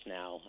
now